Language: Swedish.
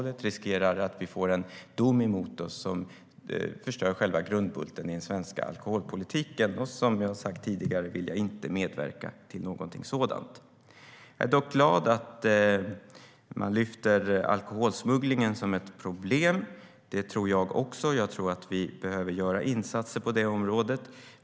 Därmed riskerar vi att få en dom emot oss som förstör själva grundbulten i den svenska alkoholpolitiken, och som jag har sagt tidigare vill jag inte medverka till någonting sådant. Jag är dock glad att man lyfter upp alkoholsmugglingen som ett problem. Det tycker jag också att det är, och jag tror att vi behöver göra insatser på det området.